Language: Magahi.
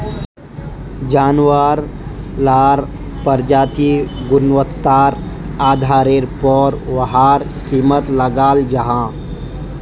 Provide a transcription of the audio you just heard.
जानवार लार प्रजातिर गुन्वात्तार आधारेर पोर वहार कीमत लगाल जाहा